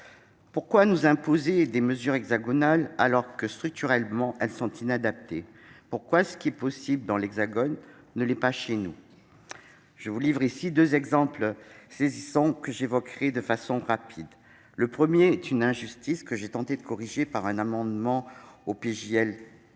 Pourquoi nous imposer des mesures hexagonales qui nous sont structurellement inadaptées ? Pourquoi ce qui est possible dans l'Hexagone ne l'est-il pas chez nous ? Je vous livre ici deux exemples saisissants que j'évoquerai rapidement. Le premier concerne une injustice que j'ai tenté de corriger en déposant un amendement au